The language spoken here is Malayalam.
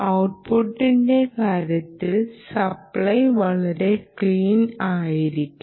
ഔട്ട്പുട്ടിന്റെ കാര്യത്തിൽ സപ്ലൈ വളരെ ക്ലീൻ ആയിരിക്കണം